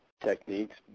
techniques